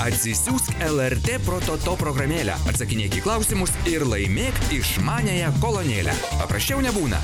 atsisiųsk elartė prototo programėlę atsakinėk į klausimus ir laimėk išmaniąją kolonėlę paprasčiau nebūna